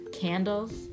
candles